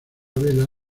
vela